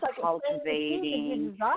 cultivating